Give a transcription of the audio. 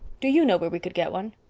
do you know where we could get one?